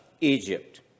Egypt